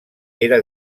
era